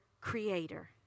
creator